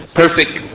perfect